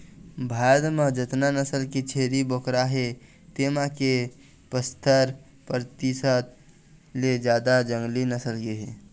भारत म जतना नसल के छेरी बोकरा हे तेमा के पछत्तर परतिसत ले जादा जंगली नसल के हे